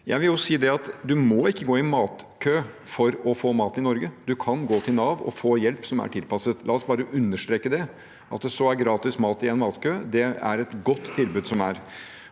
Man trenger ikke gå i matkø for å få mat i Norge, man kan gå til Nav og få hjelp som er tilpasset. La oss bare understreke det. At det er gratis mat i en matkø, er et godt tilbud.